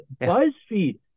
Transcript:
BuzzFeed